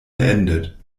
beendet